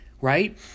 right